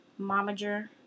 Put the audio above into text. Momager